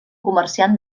comerciant